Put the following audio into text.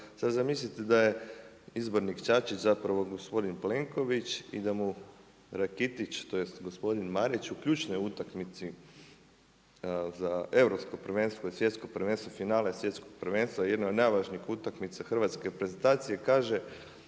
sad zamislite da je izbornik Čačić zapravo gospodin Plenković, i da mu Rakitić, tj. gospodin Marić u ključnoj utakmici za Europsko prvenstvo i Svjetskom prvenstvo, finale Svjetskog prvenstva, jedna od najvažniji utakmica hrvatske reprezentacije kaže